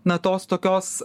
na tos tokios